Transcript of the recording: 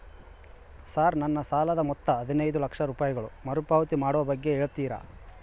Sir ನನ್ನ ಸಾಲದ ಮೊತ್ತ ಹದಿನೈದು ಲಕ್ಷ ರೂಪಾಯಿಗಳು ಮರುಪಾವತಿ ಮಾಡುವ ಬಗ್ಗೆ ಹೇಳ್ತೇರಾ?